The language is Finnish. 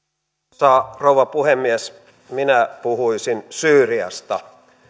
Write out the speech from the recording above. arvoisa rouva puhemies minä puhuisin syyriasta